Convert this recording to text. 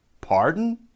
pardon